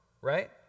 right